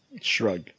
Shrug